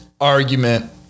argument